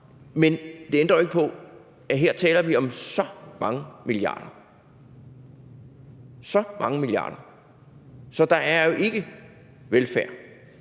Men det ændrer jo ikke på, at her taler vi om så mange milliarder – så mange milliarder! – at der jo ikke er velfærd